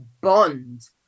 bond